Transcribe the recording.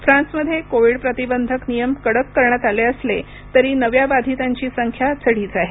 फ्रान्समध्ये कोविड प्रतिबंधक नियम कडक करण्यात आले असले तरी नव्या बाधितांची संख्या चढीच आहे